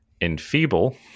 enfeeble